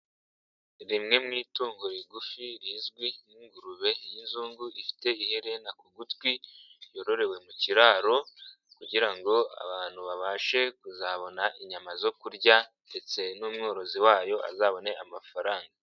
Rimwe mu itungo rigufi rizwi nk'ingurube y'inzungu ifite iherena ku gutwi yororewe mu kiraro kugira ngo abantu babashe kuzabona inyama zo kurya ndetse n'umworozi wayo azabone amafaranga.